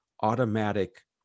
automatic